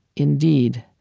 indeed,